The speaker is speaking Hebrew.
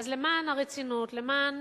אז למען הרצינות, למען